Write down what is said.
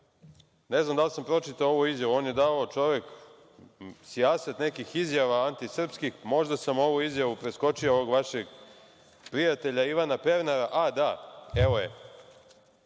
Ne znam da li sam pročitao ovu izjavu, on je davao čovek sijaset nekih izjava, antisrpskih. Možda sam ovu izjavu preskočio, ovog vašeg prijatelja Ivana Pernara. A, da, evo je.